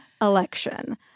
election